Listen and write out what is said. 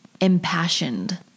impassioned